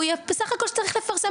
הוא יבין שהוא בסך הכל צריך לפרסם